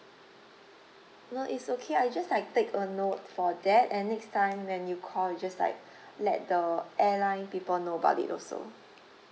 no is okay I just like take a note for that and next time when you call just like let the airline people know about it also